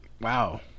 Wow